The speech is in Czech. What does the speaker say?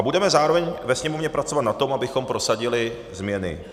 Budeme zároveň ve Sněmovně pracovat na tom, abychom prosadili změny.